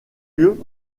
lieu